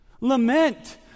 Lament